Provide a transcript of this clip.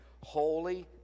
Holy